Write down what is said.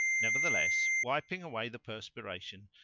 nevertheless, wiping away the perspiration,